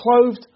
clothed